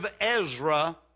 Ezra